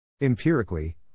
Empirically